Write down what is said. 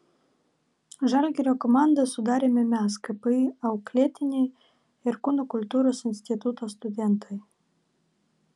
žalgirio komandą sudarėme mes kpi auklėtiniai ir kūno kultūros instituto studentai